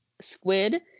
squid